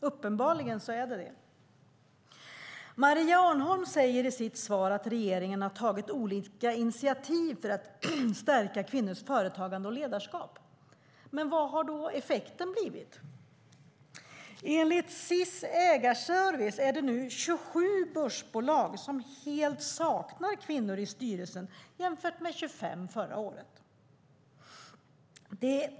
Uppenbarligen är det så. Maria Arnholm säger i sitt svar att regeringen har tagit olika initiativ för att stärka kvinnors företagande och ledarskap. Men vad har då effekten blivit? Enligt SIS Ägarservice är det nu 27 börsbolag som helt saknar kvinnor i styrelsen jämfört med 25 förra året.